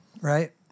Right